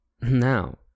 Now